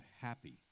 happy